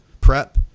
prep